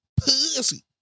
pussy